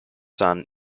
son